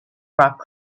rock